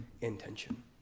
intention